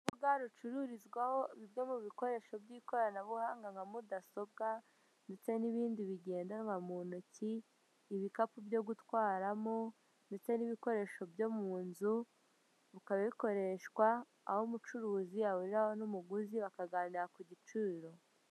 Urubuga rucururizwaho bimwe mu bikoresho by'ikoranabuhanga nka mudasobwa ndetse n'ibindi bigendanwa mu ntoki, ibikapu byo gutwaramo ndetse n'ibikoresho byo mu nzu ukabikoresha aho umucuruzi yahuriraraho n'umuguzi bakaganira ku giciro.